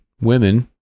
women